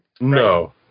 No